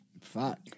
Fuck